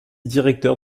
directeur